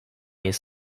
his